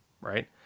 right